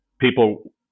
people